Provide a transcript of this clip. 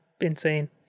insane